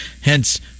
hence